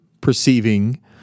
perceiving